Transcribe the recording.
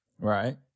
right